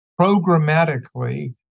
programmatically